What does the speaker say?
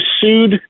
sued